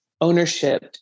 ownership